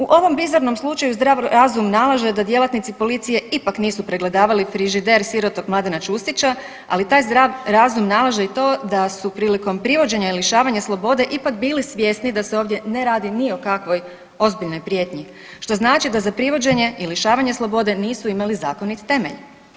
U ovom bizarnom slučaju zdrav razum nalaže da djelatnici policije ipak nisu pregledali frižider sirotog Mladena Ćustića, ali taj zdrav razum nalaže i to da su prilikom privođenja i lišavanja slobode ipak bili svjesni da se ovdje ne radi ni o kakvoj ozbiljnoj prijetnji, što znači da za privođenje i lišavanje slobode nisu imali zakonit temelj.